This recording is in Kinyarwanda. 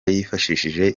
yifashishije